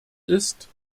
ist